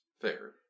fair